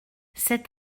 cet